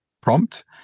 prompt